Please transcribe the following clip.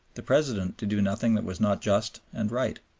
the president to do nothing that was not just and right.